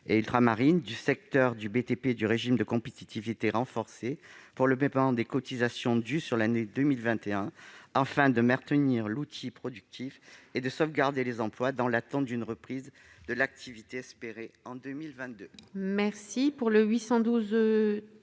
ultramarines de BTP du régime de compétitivité renforcée pour le paiement des cotisations dues pour l'année 2021, afin de maintenir l'outil productif et de sauvegarder les emplois dans l'attente d'une reprise de l'activité, espérée pour 2022. La